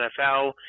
NFL